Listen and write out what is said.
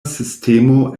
sistemo